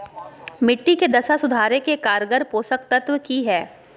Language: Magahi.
मिट्टी के दशा सुधारे के कारगर पोषक तत्व की है?